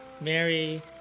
Mary